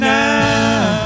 now